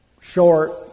short